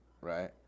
right